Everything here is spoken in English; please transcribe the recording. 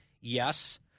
Yes